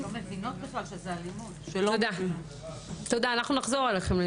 תודה, אנחנו נחזור אליכם.